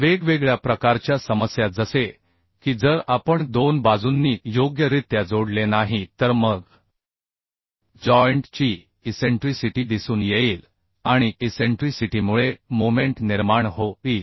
वेगवेगळ्या प्रकारच्या समस्या जसे की जर आपण दोन बाजूंनी योग्यरित्या जोडले नाही तर मग जॉइंट ची इसेंट्रीसिटी दिसून येईल आणि इसेंट्रीसिटीमुळे मोमेंट निर्माण होईल